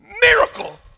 Miracle